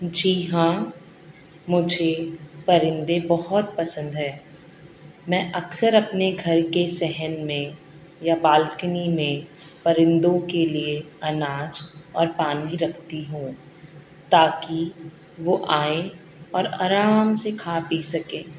جی ہاں مجھے پرندے بہت پسند ہیں میں اکثر اپنے گھر کے صحن میں یا بالکنی میں پرندوں کے لیے اناج اور پانی رکھتی ہوں تاکہ وہ آئیں اور آرام سے کھا پی سکیں